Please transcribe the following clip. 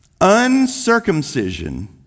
Uncircumcision